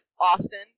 Austin